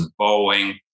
Boeing